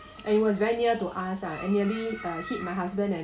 and it was very near to us ah nearly uh hit my husband and